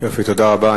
תודה רבה.